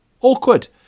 Awkward